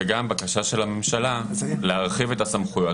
וגם בקשה של הממשלה להרחיב את הסמכויות